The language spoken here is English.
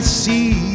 see